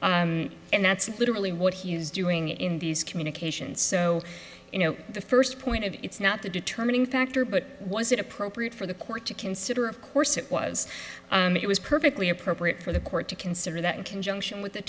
again and that's literally what he is doing in these communications so you know the first point of it's not the determining factor but was it appropriate for the court to consider of course it was it was perfectly appropriate for the court to consider that in conjunction with the